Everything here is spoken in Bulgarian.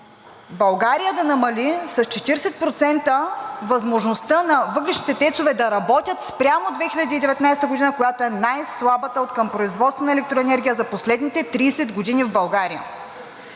България да намали с 40% възможността на въглищните ТЕЦ-ове да работят спрямо 2019 г., когато е най-слабата откъм производство на електроенергия за последните 30 години в България.